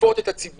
שמציפות את הציבור.